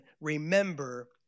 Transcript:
remember